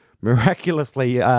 miraculously